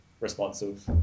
responsive